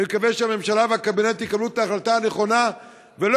ואני מקווה שהממשלה והקבינט יקבלו את ההחלטה הנכונה ולא